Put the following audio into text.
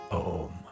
om